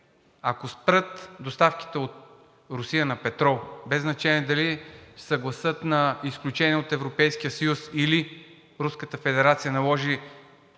ако спрат доставките от Русия на петрол, без значение дали ще се съгласят на изключение от Европейския съюз, или Руската